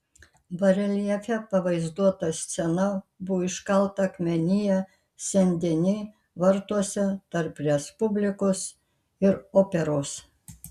bareljefe pavaizduota scena buvo iškalta akmenyje sen deni vartuose tarp respublikos ir operos